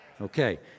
Okay